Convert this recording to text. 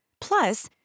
Plus